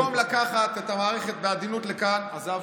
במקום לקחת את המערכת בעדינות לכאן, עזבתי.